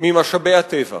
ממשאבי הטבע.